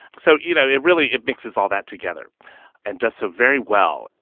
so, you know, it really it mixes all that together and does so very well.